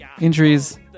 injuries